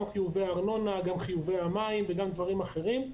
גם חיובי ארנונה, גם חיובי המים, וגם דברים אחרים.